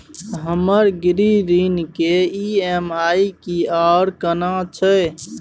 हमर गृह ऋण के ई.एम.आई की आर केना छै?